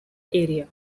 area